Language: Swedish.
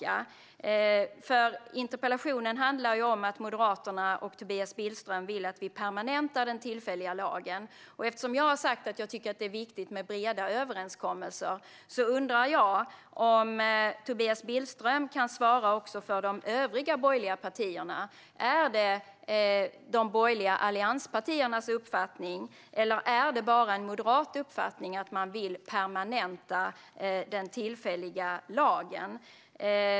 Interpellationen handlar om att Moderaterna och Tobias Billström vill att vi permanentar den tillfälliga lagen. Eftersom jag har sagt att jag tycker att det är viktigt med breda överenskommelser undrar jag om Tobias Billström kan svara också för de övriga borgerliga partierna. Är det de borgerliga allianspartiernas uppfattning eller är det bara en moderat uppfattning att man vill permanenta den tillfälliga lagen?